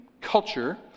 culture